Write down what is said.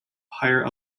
higher